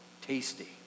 Tasty